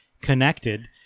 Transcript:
connected